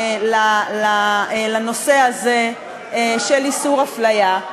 רמות, לנושא הזה של איסור הפליה.